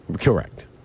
Correct